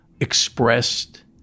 expressed